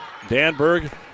Danberg